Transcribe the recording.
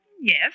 Yes